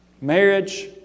Marriage